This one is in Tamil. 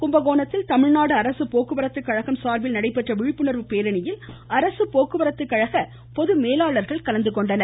கும்பகோணத்தில் தமிழ்நாடு அரசு போக்குவரத்து கழகம் சார்பில் நடைபெற்ற விழிப்புணர்வு பேரணியில் அரசு போக்குவரத்து கழக பொதுமேலாளர்கள் கலந்துகொண்டனர்